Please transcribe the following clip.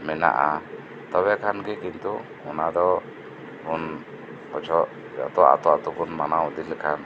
ᱢᱮᱱᱟᱜᱼᱟ ᱛᱚᱵᱮ ᱠᱦᱟᱱᱜᱤ ᱠᱤᱱᱛᱩ ᱚᱱᱟᱫᱚ ᱵᱩᱱ ᱜᱚᱡᱚᱜ ᱡᱚᱛᱚ ᱟᱛᱳ ᱟᱛᱳᱵᱩᱱ ᱢᱟᱱᱟᱣ ᱤᱫᱤ ᱞᱮᱠᱷᱟᱱ